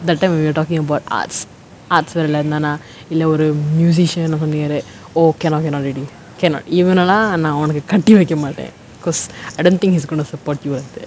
that time when we were talking about arts arts வேல என்னனா இல்ல ஒரு:vela ennanaa illa oru musician or something right oh cannot cannot already cannot இவனலா நா ஒனக்கு கட்டி வைக்க மாட்ட:ivanalaa naa onakku katti vaikka maatta because I don't think he's going to support you at the